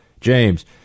James